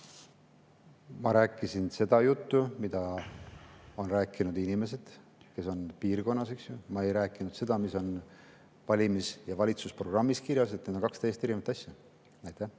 Ma rääkisin seda juttu, mida on rääkinud inimesed, kes on piirkonnas, eks ju. Ma ei rääkinud seda, mis on valimis- ja valitsusprogrammis kirjas. Need on kaks täiesti